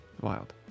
Wild